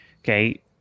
okay